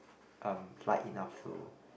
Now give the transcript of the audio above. um light enough to